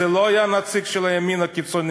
זה לא היה נציג של הימין הקיצוני.